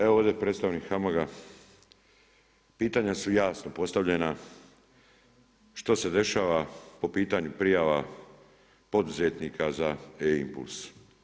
Evo ovdje predstavnik HAMAG-a, pitanja su jasno postavljena što se dešava po pitanju prijava poduzetnika za e-impuls.